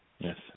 Yes